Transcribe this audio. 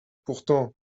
pourtant